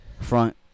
front